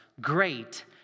great